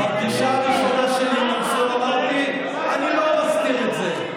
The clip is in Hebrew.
בפגישה הראשונה שלי עם מנסור אמרתי: אני לא מסתיר את זה.